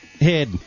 head